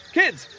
kids,